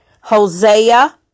Hosea